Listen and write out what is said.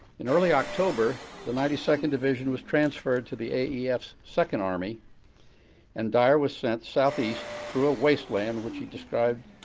in early october, the ninety second division was transferred to the aef's second army and dyer was sent southeast, through a wasteland, which he described,